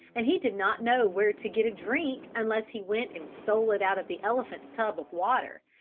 and he did not know where to get a drink unless he went and stole it out of the elephant's tub of water,